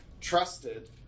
trusted